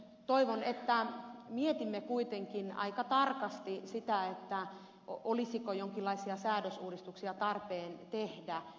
toivon että mietimme kuitenkin aika tarkasti sitä olisiko jonkinlaisia säädösuudistuksia tarpeen tehdä